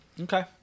Okay